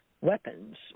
weapons